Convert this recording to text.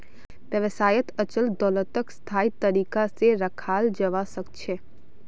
व्यवसायत अचल दोलतक स्थायी तरीका से रखाल जवा सक छे